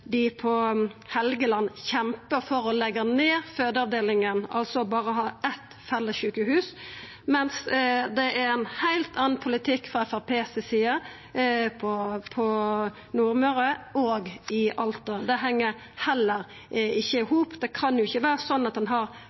dei på Helgeland kjempa for å leggja ned fødeavdelinga, altså berre ha eitt fellessjukehus, mens det er ein heilt annan politikk frå Framstegspartiet si side på Nordmøre og i Alta. Det hengjer heller ikkje i hop. Det kan jo ikkje vera sånn at ein har